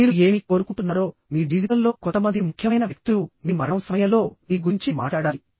మీరు ఏమి కోరుకుంటున్నారో మీ జీవితంలో కొంతమంది ముఖ్యమైన వ్యక్తులు మీ మరణం సమయంలో మీ గురించి మాట్లాడాలి